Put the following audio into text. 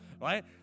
Right